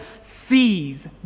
sees